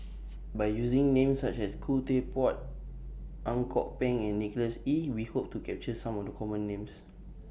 By using Names such as Khoo Teck Puat Ang Kok Peng and Nicholas Ee We Hope to capture Some of The Common Names